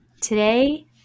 Today